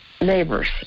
neighbors